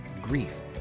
grief